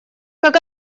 как